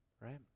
right